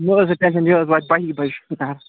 مہٕ حظ ہےٚ ٹینٛشَن یہِ حظ واتہِ بَہی بجہِ تۄہہِ